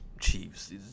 Chiefs